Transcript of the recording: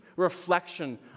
reflection